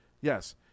Yes